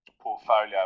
portfolio